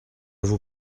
vous